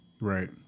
Right